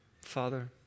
Father